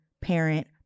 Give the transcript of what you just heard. parent